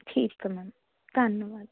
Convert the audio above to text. ਠੀਕ ਆ ਮੈਮ ਧੰਨਵਾਦ